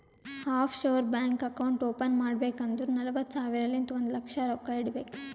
of sure bank account open ಮಾಡ್ಬೇಕ್ ಅಂದುರ್ ನಲ್ವತ್ತ್ ಸಾವಿರಲಿಂತ್ ಒಂದ್ ಲಕ್ಷ ರೊಕ್ಕಾ ಇಡಬೇಕ್